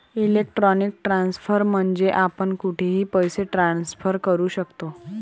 electronic transfer म्हणजे आपण कुठेही पैसे ट्रान्सफर करू शकतो